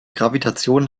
gravitation